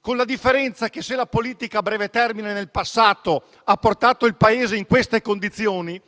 con la differenza che, se la politica a breve termine nel passato ha portato il Paese alle attuali condizioni,